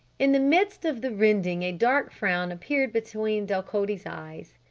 in the midst of the rending a dark frown appeared between delcote's eyes.